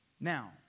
Now